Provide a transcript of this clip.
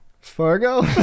Fargo